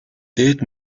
дээд